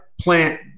plant